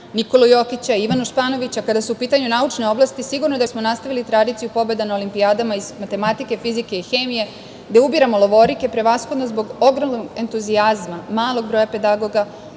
Nikolu Jokića, Ivanu Španović, a kada su u pitanju naučne oblati, sigurno da bismo nastavili tradiciju pobeda na olimpijadama iz matematike, fizike i hemije, gde ubiramo levoruke prevashodno zbog ogromnog entuzijazma malog broja pedagoga,